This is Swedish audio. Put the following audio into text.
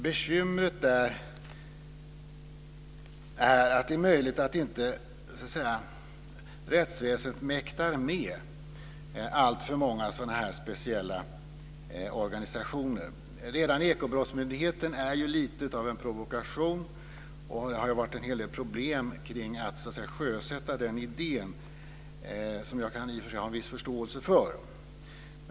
Bekymret är att rättsväsendet möjligen inte mäktar med alltför många specialorganisationer. Redan Ekobrottsmyndigheten är lite av en provokation. Det har varit en hel del problem med att sjösätta idén. Det kan jag i och för sig ha förståelse för.